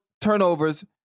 turnovers